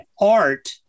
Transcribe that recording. art